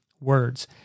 words